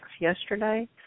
yesterday